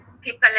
people